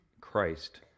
Christ